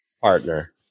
partner